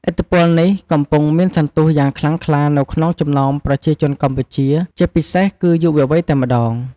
ឥទ្ធិពលនេះកំពុងមានសន្ទុះយ៉ាងខ្លាំងខ្លានៅក្នុងចំណោមប្រជាជនកម្ពុជា ជាពិសេសគឺយុវវ័យតែម្ដង។